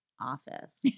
office